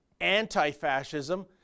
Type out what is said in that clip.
anti-fascism